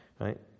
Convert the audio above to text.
Right